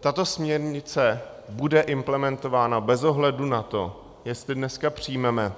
Tato směrnice bude implementována bez ohledu na to, jestli dneska přijmeme